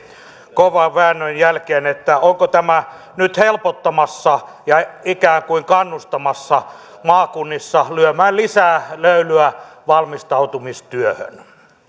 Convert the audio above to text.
kovan väännön jälkeen onko tämä nyt helpottamassa ja ikään kuin kannustamassa maakunnissa lyömään lisää löylyä valmistautumistyöhön